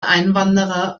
einwanderer